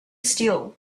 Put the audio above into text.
still